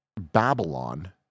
Babylon